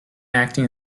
acting